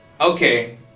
Okay